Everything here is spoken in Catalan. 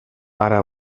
ara